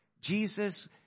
Jesus